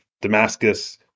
Damascus